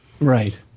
Right